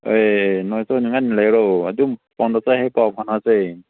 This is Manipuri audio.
ꯍꯣꯏ ꯅꯣꯏꯁꯨ ꯅꯨꯡꯉꯥꯏꯅ ꯂꯩꯔꯣ ꯑꯗꯨꯝ ꯐꯣꯟꯗꯁꯨ ꯍꯦꯛ ꯍꯦꯛ ꯄꯥꯎ ꯐꯥꯎꯅꯁꯦ